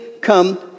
come